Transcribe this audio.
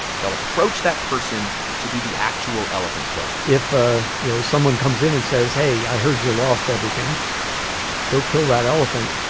they'll approach that person to do the actual elephant killing if, ah you know, someone comes in and says, hey, i heard you lost everything go kill that elephant,